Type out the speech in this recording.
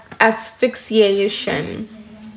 asphyxiation